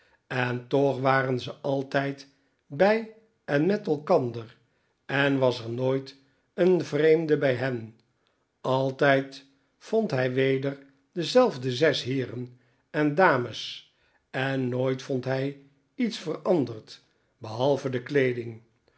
en toch waren ze altijd bij en met elkander en was er nooit een vreemde bij hen altijd vond hij weder dezelfde zes heeren en dames en nooit vond hij iets veranderd behalve de kleeding